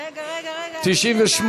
רגע, רגע, רגע.